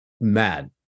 mad